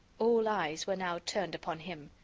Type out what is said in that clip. all eyes were now turned upon him.